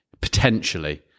potentially